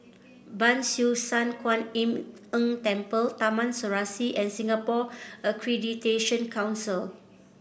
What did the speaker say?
Ban Siew San Kuan Im Tng Temple Taman Serasi and Singapore Accreditation Council